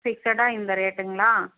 ஃபிக்சடாக இந்த ரேட்டுங்களா